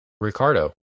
Ricardo